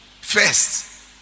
First